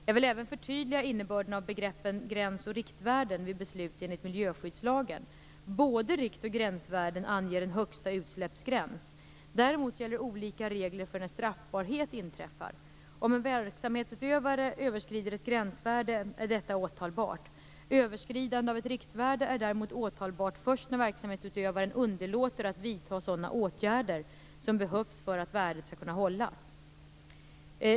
Jag vill även förtydliga innebörden av begreppen gräns och riktvärden vid beslut enligt miljöskyddslagen. Både gräns och riktvärden anger en högsta utsläppsgräns. Däremot gäller olika regler för när straffbarhet inträffar. Om en verksamhetsutövare överskrider ett gränsvärde är detta åtalbart. Överskridande av ett riktvärde är däremot åtalbart först när verksamhetsutövaren underlåter att vidta sådana åtgärder som behövs för att värdet skall kunna hållas.